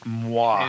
moi